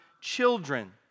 children